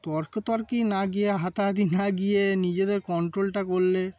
তর্কতর্কি না গিয়ে হাতাহাতি না গিয়ে নিজেদের কন্ট্রোলটা করলে